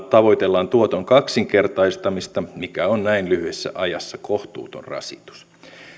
tavoitellaan tuoton kaksinkertaistamista mikä on näin lyhyessä ajassa kohtuuton rasitus